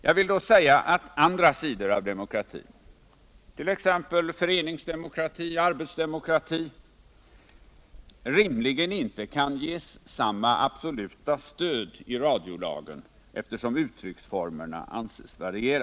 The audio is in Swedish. Jag vill då säga att andra sidor av demokratin, t.ex. föreningsdemokrati och arbetsdemokrati, rimligen inte kan ges samma absoluta stöd i radiolagen, eftersom uttrycksformerna anses variera.